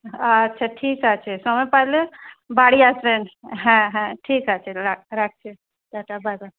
আচ্ছা ঠিক আছে সময় পারলে বাড়ি আসবেন হ্যাঁ হ্যাঁ ঠিক আছে রাখ রাখছি টা টা বাই বাই